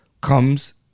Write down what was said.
comes